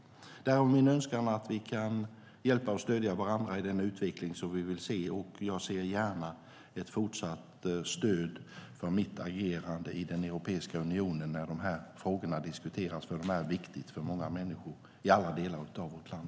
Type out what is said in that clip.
Därför finns min önskan att hjälpa och stödja varandra i den utveckling vi vill se. Jag ser gärna att jag även i fortsättningen får stöd för mitt agerande i Europeiska unionen när frågorna diskuteras. De är viktiga för många människor i alla delar av vårt land.